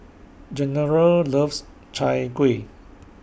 General loves Chai Kueh